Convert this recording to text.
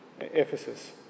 Ephesus